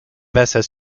veces